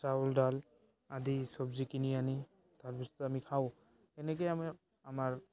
চাউল দাল আদি চবজি কিনি আনি তাৰপিছত আমি খাওঁ এনেকেই আমাৰ